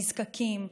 נזקקים,